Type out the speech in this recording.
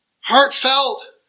Heartfelt